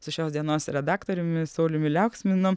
su šios dienos redaktoriumi sauliumi liauksminu